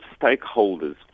stakeholders